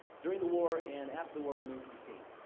during the war and after the war, remains to be seen.